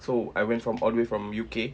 so I went from all the way from U_K